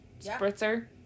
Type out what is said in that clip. spritzer